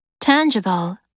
Tangible